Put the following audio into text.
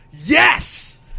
Yes